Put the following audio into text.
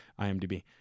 IMDb